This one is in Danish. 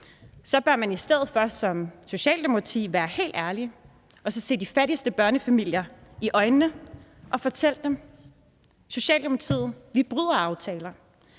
Så bør man i stedet for som Socialdemokrati være helt ærlig og se de fattigste børnefamilier i øjnene og fortælle dem, at vi, Socialdemokratiet, bryder aftaler,